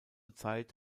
zeit